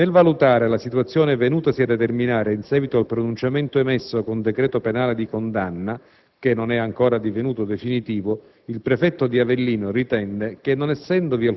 per il 27 giugno prossimo. Nel valutare la situazione venutasi a determinare in seguito al pronunciamento emesso con decreto penale di condanna (che non è ancora divenuto definitivo),